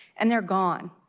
and they are gone.